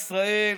ההצבעה.